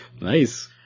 Nice